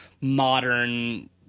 modern